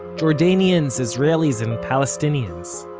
jordanians, israelis and palestinians